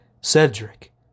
Cedric